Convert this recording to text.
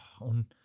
on